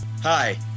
Hi